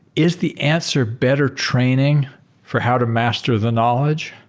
is the answer better training for how to master the knowledge?